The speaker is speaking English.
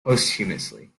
posthumously